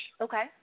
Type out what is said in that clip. okay